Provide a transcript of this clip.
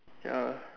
ya